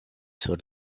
sur